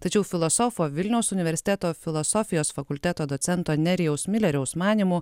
tačiau filosofo vilniaus universiteto filosofijos fakulteto docento nerijaus mileriaus manymu